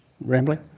rambling